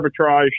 arbitrage